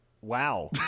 wow